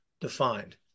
defined